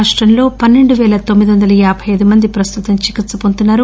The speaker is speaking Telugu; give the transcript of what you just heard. రాష్టంలో పన్సెండు పేల తొమ్మిది వందల యాబై అయిదు మంది ప్రస్తుతం చికిత్స హొందుతున్నారు